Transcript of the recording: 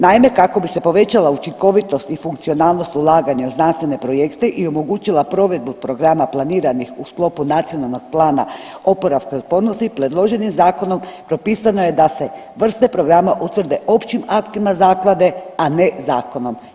Naime, kako bi se povećala učinkovitost i funkcionalnost ulaganja u znanstvene projekte i omogućila provedbu programa planiranih u sklopu Nacionalnog plana oporavka i otpornosti predloženim zakonom propisano je da se vrste programa utvrde općim aktima zaklade, a ne zakonom.